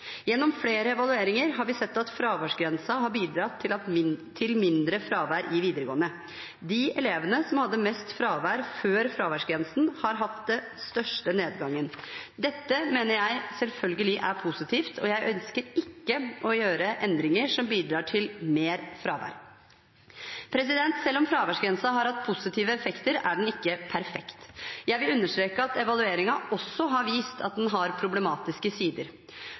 Gjennom flere evalueringer har vi sett at fraværsgrensen har bidratt til mindre fravær i videregående. De elevene som hadde mest fravær før fraværsgrensen, har hatt den største nedgangen. Dette mener jeg selvsagt er positivt, og jeg ønsker ikke å gjøre endringer som bidrar til mer fravær. Selv om fraværsgrensen har hatt positive effekter, er den ikke perfekt. Jeg vil understreke at evalueringen også har vist at den har problematiske sider.